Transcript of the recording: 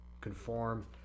Conform